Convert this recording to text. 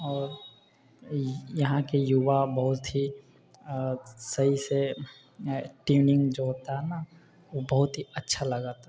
आओर इहाँके युवा बहुत ही आओर सहीसँ ट्यूनिङ्ग जे होता हइ ने ओ बहुत ही अच्छा लागऽता